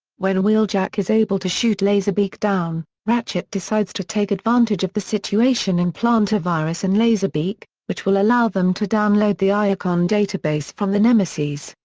when wheeljack is able to shoot laserbeak down, ratchet decides to take advantage of the situation and plant a virus in laserbeak, which will allow them to download the iacon database from the nemesis.